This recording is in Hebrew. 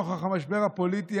נוכח המשבר הפוליטי,